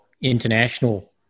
international